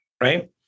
right